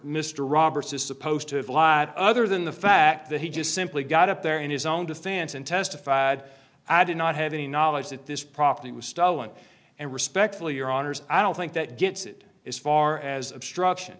mr roberts is supposed to have a lot other than the fact that he just simply got up there in his own defense and testified i did not have any knowledge that this property was stolen and respectfully your honour's i don't think that gets it is far as obstruction